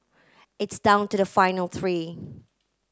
it's down to the final three